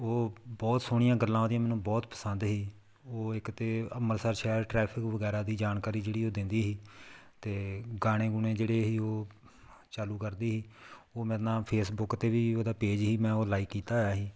ਉਹ ਬਹੁਤ ਸੋਹਣੀਆਂ ਗੱਲਾਂ ਉਹਦੀਆਂ ਮੈਨੂੰ ਬਹੁਤ ਪਸੰਦ ਹੀ ਉਹ ਇੱਕ ਤਾਂ ਅੰਮ੍ਰਿਤਸਰ ਸ਼ਹਿਰ ਟਰੈਫਿਕ ਵਗੈਰਾ ਦੀ ਜਾਣਕਾਰੀ ਜਿਹੜੀ ਉਹ ਦਿੰਦੀ ਹੀ ਅਤੇ ਗਾਣੇ ਗੁਣੇ ਜਿਹੜੇ ਹੀ ਉਹ ਚਾਲੂ ਕਰਦੀ ਹੀ ਉਹ ਮੇਰੇ ਨਾਲ ਫੇਸਬੁੱਕ 'ਤੇ ਵੀ ਉਹਦਾ ਪੇਜ ਹੀ ਮੈਂ ਉਹ ਲਾਇਕ ਕੀਤਾ ਹੋਇਆ ਹੀ